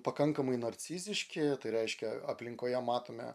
pakankamai narciziški tai reiškia aplinkoje matome